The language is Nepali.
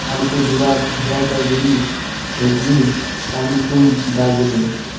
अलिपुरद्वार जलपाइगुढी हुगली कालिम्पोङ दार्जिलिङ